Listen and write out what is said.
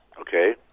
Okay